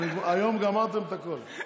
היום גמרתם את הכול.